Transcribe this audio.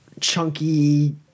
chunky